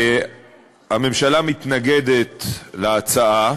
הממשלה מתנגדת להצעה,